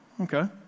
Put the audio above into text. Okay